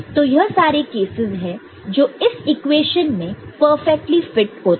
तो यह सारे केसेस हैं जो इस इक्वेशन में परफेक्टली फिट होता है